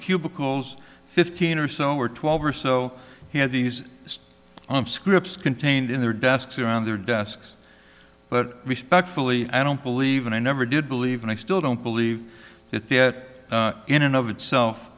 cubicles fifteen or so or twelve or so he had these up scripts contained in their desks around their desks but respectfully i don't believe and i never did believe and i still don't believe that that in and of itself